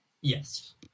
Yes